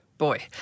Boy